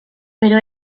però